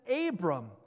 Abram